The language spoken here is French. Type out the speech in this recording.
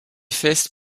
fesses